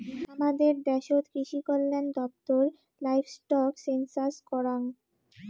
হামাদের দ্যাশোত কৃষিকল্যান দপ্তর লাইভস্টক সেনসাস করাং